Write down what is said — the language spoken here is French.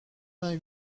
vingt